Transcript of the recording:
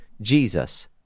Jesus